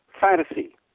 fantasy